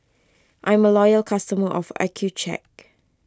I'm a loyal customer of Accucheck